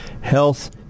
health